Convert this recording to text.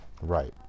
Right